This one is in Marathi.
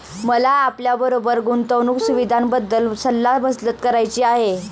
मला आपल्याबरोबर गुंतवणुक सुविधांबद्दल सल्ला मसलत करायची आहे